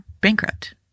bankrupt